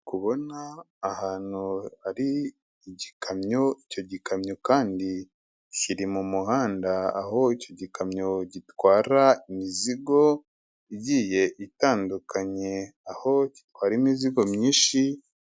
Kubona ahantu hari igikamyo icyo gikamyo kandi kiri mu muhanda aho icyo gikamyo gitwara imizigo igiye itandukanye aho gitwara imizigo myinshi.